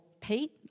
Pete